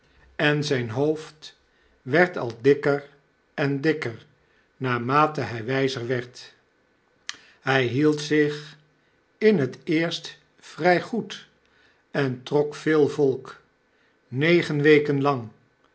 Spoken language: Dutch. en zyn hoofd werd al dikker en dikker naarrnate hy wijzer werd hy hield zich in t eerst vry goed en trok veel volk negen weken lang